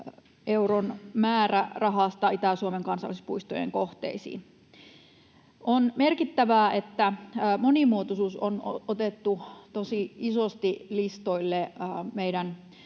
euron määrärahasta Itä-Suomen kansallispuistojen kohteisiin. On merkittävää, että monimuotoisuus on otettu tosi isosti listoille